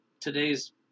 today's